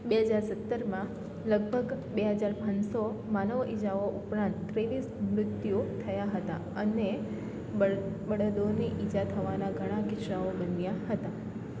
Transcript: બે હજાર સત્તરમાં લગભગ બે હજાર પાંચસો માનવ ઇજાઓ ઉપરાંત ત્રેવીસ મૃત્યુ થયાં હતાં અને બળદોને ઈજા થવાના ઘણા કિસ્સાઓ બન્યા હતા